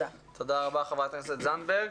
תודה רבה, חברת הכנסת תמר זנדברג.